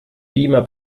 beamer